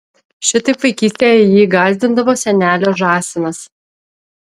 šitaip vaikystėje jį gąsdindavo senelio žąsinas